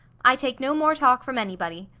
i take no more talk from anybody.